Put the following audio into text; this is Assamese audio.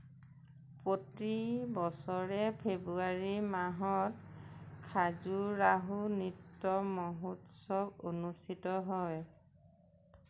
প্ৰতি বছৰে ফেব্ৰুৱাৰী মাহত খাজুৰাহো নৃত্য মহোৎসৱ অনুষ্ঠিত হয়